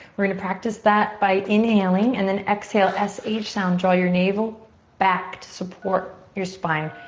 we're gonna practice that by inhaling and then exhale s h sound. draw your navel back to support your spine.